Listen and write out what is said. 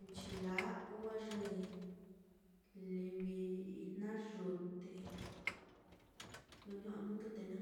nchila'wa, ye livi ye ijnayūūte, lo ño'o nuu ndute naá.